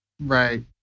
Right